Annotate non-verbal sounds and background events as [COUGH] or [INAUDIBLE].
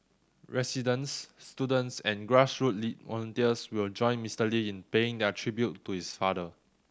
residents students and grassroot [UNINTELLIGIBLE] volunteers will join Mister Lee in paying their tribute to his father